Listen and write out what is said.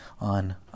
on